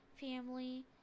family